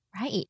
Right